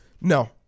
No